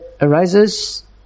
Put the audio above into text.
arises